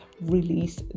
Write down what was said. release